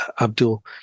Abdul